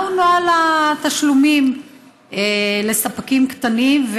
מהו נוהל התשלומים לספקים קטנים,